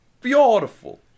Beautiful